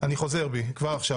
אני חוזר בי כבר עכשיו.